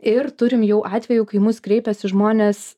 ir turim jau atvejų kai į mus kreipiasi žmonės